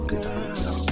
girl